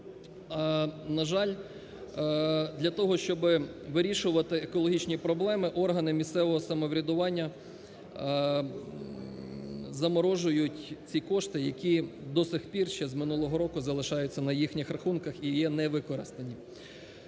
На жаль, для того, щоб вирішувати екологічні проблеми, органи місцевого самоврядування заморожують ті кошти, які до сих пір ще з минулого року залишаються на їхніх рахунках і є не використані.